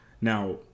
Now